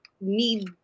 need